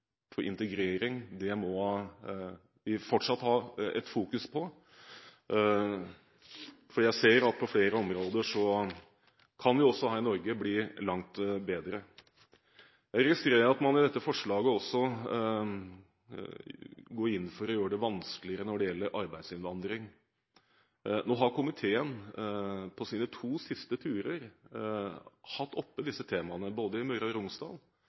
områder. Integrering må vi fortsatt fokusere på, for jeg ser at på flere områder kan vi også her i Norge bli langt bedre. Jeg registrerer at man i dette forslaget også går inn for å gjøre det vanskeligere når det gjelder arbeidsinnvandring. Nå har komiteen på sine to siste turer hatt oppe disse temaene, både i Møre og Romsdal